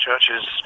churches